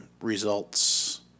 results